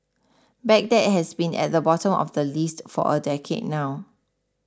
Baghdad has been at the bottom of the list for a decade now